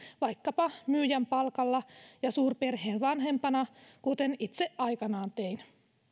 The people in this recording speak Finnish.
vaikkapa myyjän palkalla ja suurperheen vanhempana kuten itse aikanaan tein